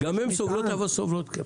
שגם הם --- גם הם סובלות אבל סובלות פחות.